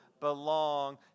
belong